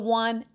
one